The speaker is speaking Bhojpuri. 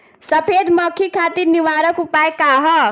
सफेद मक्खी खातिर निवारक उपाय का ह?